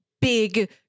big